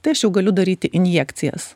tai aš jau galiu daryti injekcijas